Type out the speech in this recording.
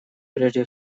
прежде